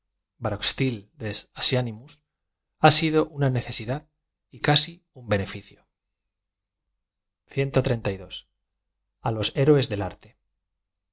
n i mus ha sido una necesidad y casi un beneficio a los héroes del arte